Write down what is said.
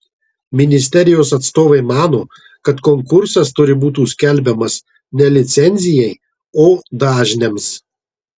ministerijos atstovai mano kad konkursas turi būti skelbiamas licencijai o ne dažniams